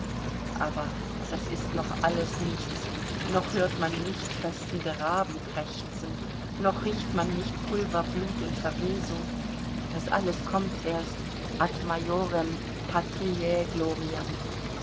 aber das ist noch alles nichts noch hört man nicht festende raben krächzen noch riecht man nicht pulver blut und verwesung das alles kommt erst ad majorem patriae gloriam